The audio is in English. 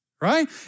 right